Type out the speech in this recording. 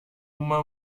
uma